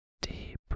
deep